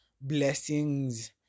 blessings